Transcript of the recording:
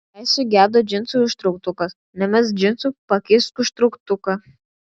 jei sugedo džinsų užtrauktukas nemesk džinsų pakeisk užtrauktuką